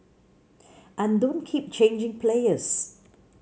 and don't keep changing players